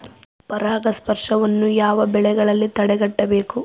ಪರಾಗಸ್ಪರ್ಶವನ್ನು ಯಾವ ಬೆಳೆಗಳಲ್ಲಿ ತಡೆಗಟ್ಟಬೇಕು?